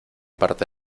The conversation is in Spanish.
parte